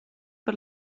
per